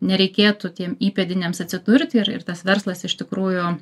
nereikėtų tiem įpėdiniams atsidurti ir ir tas verslas iš tikrųjų